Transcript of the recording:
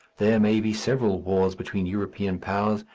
there may be several wars between european powers,